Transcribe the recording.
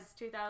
2000